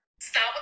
Stop